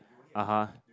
(uh huh)